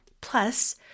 plus